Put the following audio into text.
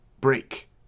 break